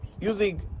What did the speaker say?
using